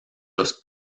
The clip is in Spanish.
los